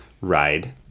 ride